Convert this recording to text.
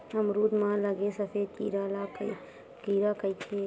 अमरूद म लगे सफेद कीरा ल का कीरा कइथे?